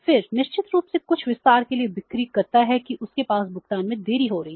फिर निश्चित रूप से कुछ विस्तार के लिए बिक्री करता है कि उसके पास भुगतान में देरी हो रही है